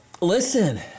Listen